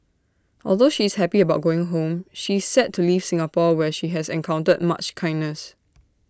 although she is happy about going home she is sad to leave Singapore where she has encountered much kindness